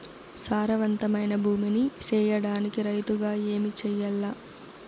సారవంతమైన భూమి నీ సేయడానికి రైతుగా ఏమి చెయల్ల?